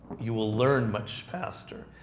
you will learn much faster.